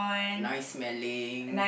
nice smelling